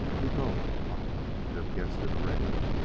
we go ach you have guessed it already!